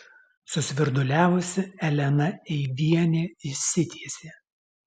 susvirduliavusi elena eivienė išsitiesė